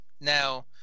Now